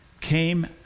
came